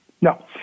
no